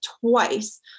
twice